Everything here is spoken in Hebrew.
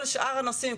כל שאר הנושאים,